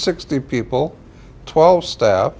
sixty people twelve staff